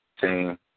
team